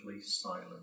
silent